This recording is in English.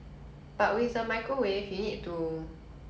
right or ready or easy to prepare kind of food